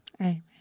Amen